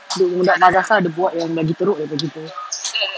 budak madrasah ada yang buat yang lagi teruk dari kita